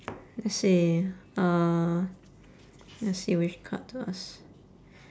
let's see uh let's see which card to ask